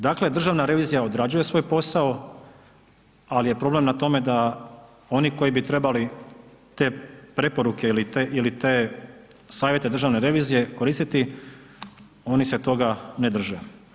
Dakle, državna revizija odrađuje svoj posao, ali je problem na tome da oni koji bi trebali te preporuke ili te savjete državne revizije koristiti oni se toga ne drže.